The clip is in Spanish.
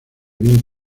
bien